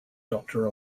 doctor